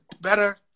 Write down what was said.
better